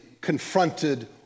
confronted